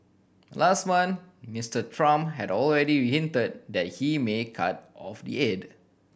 last month Mister Trump had already hinted that he may cut off the aid